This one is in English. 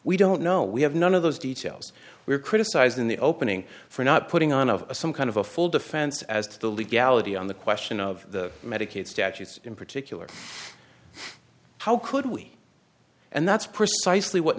we don't know we have none of those details we are criticizing the opening for not putting on of some kind of a full defense as to the legality on the question of the medicaid statutes in particular how could we and that's precisely what